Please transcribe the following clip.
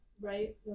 Right